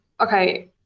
Okay